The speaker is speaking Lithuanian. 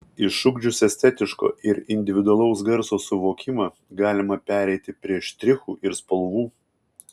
išugdžius estetiško ir individualaus garso suvokimą galima pereiti prie štrichų ir spalvų